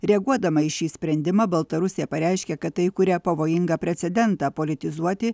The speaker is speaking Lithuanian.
reaguodama į šį sprendimą baltarusija pareiškė kad tai kuria pavojingą precedentą politizuoti